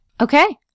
Okay